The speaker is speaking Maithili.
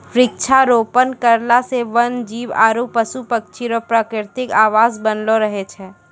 वृक्षारोपण करला से वन जीब आरु पशु पक्षी रो प्रकृतिक आवास बनलो रहै छै